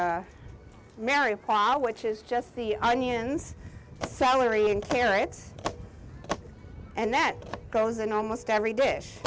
problem which is just the onions salary and carrots and that goes in almost every dish